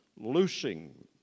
loosing